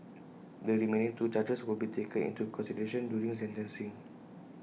the remaining two charges will be taken into consideration during sentencing